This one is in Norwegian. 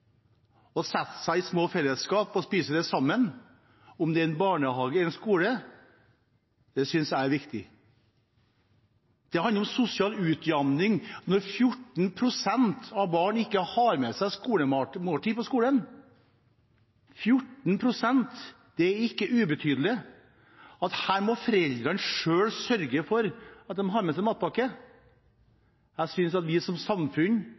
seg i små fellesskap og spiser sammen. Om det er en barnehage eller en skole: Det synes jeg er viktig. Det handler om sosial utjevning når 14 pst. av barna ikke har med seg skolemat – 14 pst. er ikke ubetydelig – om at foreldrene selv må sørge for at barna har med seg matpakke. Jeg synes at vi som samfunn